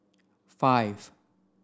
five